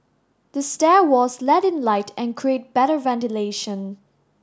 the stair walls let in light and create better ventilation